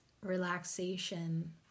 relaxation